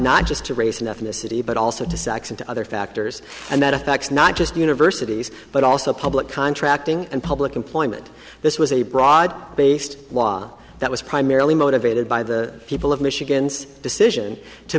not just to race and ethnicity but also to sex and to other factors and that affects not just universities but also public contracting and public employment this was a broad based law that was primarily motivated by the people of michigan's decision to